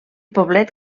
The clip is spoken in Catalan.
poblet